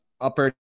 upper